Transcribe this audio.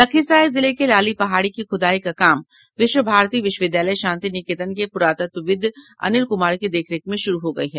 लखीसराय जिले के लाली पहाड़ी की खूदाई का काम विश्व भारती विश्वविद्यालय शांति निकेतन के पुरातत्वविद अनिल कुमार की देखरेख में शुरू हो गयी है